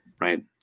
right